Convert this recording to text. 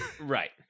Right